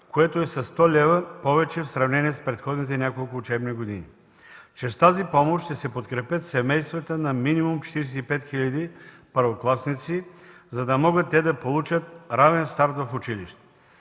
което е със 100 лв. повече в сравнение с предходните няколко учебни години. Чрез тази помощ ще се подкрепят семействата на минимум 45 хиляди първокласници, за да могат те да получат равен старт в училище.